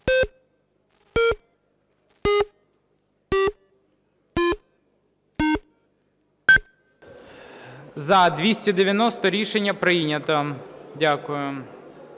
За-290 Рішення прийнято. Дякую.